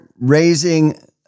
raising